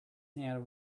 hand